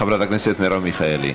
חברת הכנסת מרב מיכאלי,